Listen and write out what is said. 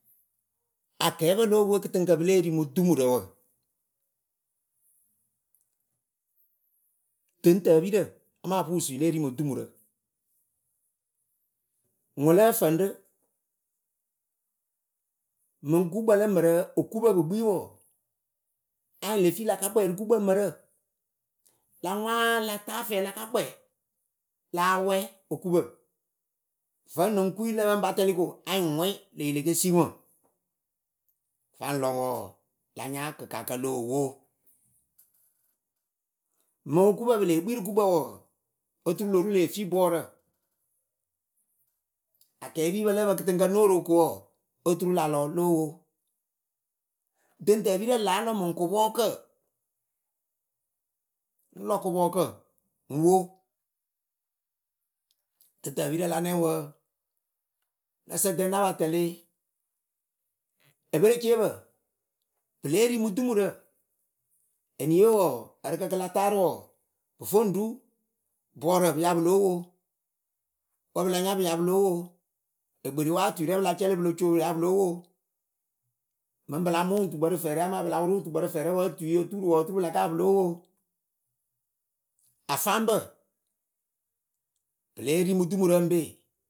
Akɛɛpǝ lo opwe kɨtɨŋkǝ pɨ lée ri mɨ dumurǝ wǝ. Dɨŋtepirǝ amaa pusuyǝ lée ri mɨ dumurǝ. ŋwɨ lǝ́ǝ fǝŋ ɖɨ. Mɨŋ gukpǝ lǝ mǝrǝ okupǝ pɨ kpi wɔɔ anyɩŋ le fi lakakpɛ rɨ gukpǝ mǝrǝ la ŋwa la ta fɛɛ laka kpɛ láa wɛ okupǝ. vǝnɨŋ kuyi lǝpǝ ŋ pa tɛlɩ ko anyɩŋ hwɩŋ le yi leke si ŋwɨ le yi leke si ŋwɨ. faŋ lɔ ŋwɨ wɔɔ la nya kɨkakǝ loh wo. Mɨŋ okupǝ pɨ lee kpi rɨ gukpǝ wɔɔ anyɩŋ lée fi bɔɔrǝ akɛɛpiipǝ lǝ ǝpǝ no oro ko wɔɔ oturu la lɔ lóo wo. Dɨŋtǝpirǝ láa lɔ mɨŋ kɨpɔɔkǝ ŋ lɔ kɨpɔɔkǝ ŋ wo. Dɨŋtǝpirǝ la nɛŋwǝ ǝǝ. Nǝ sǝŋ tɛŋ napa tɛlɩ epereceepǝ pɨ lée ri mɨ dumurɨ, eniye wɔɔ ǝrɨkǝ kɨ la taarɨ wɔɔ pɨ foŋ ɖu. bɔɔrǝ pɨya pɨ lóo wo wǝ pɨ la nya pɨ ya pɨ lóo wo ekperiwaatɨrɛ pɨla cɛlɩ pɨlǝ tɨnɨ wɔɔ pɨ ya pɨ lóo wo. Afáŋbǝ pɨ lée ri mɨ dumurǝ be.